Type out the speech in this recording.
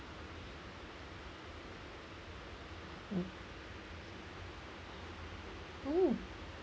mm oo